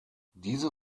diese